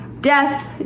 death